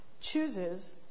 chooses